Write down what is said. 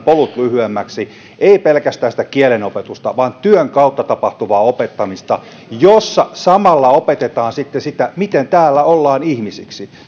polut lyhyemmäksi ei pelkästään kielen opetusta vaan työn kautta tapahtuvaa opettamista jossa samalla opetetaan sitä miten täällä ollaan ihmisiksi